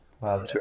Wow